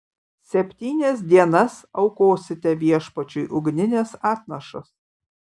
septynias dienas aukosite viešpačiui ugnines atnašas